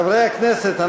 חברי הכנסת,